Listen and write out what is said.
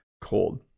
cold